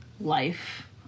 life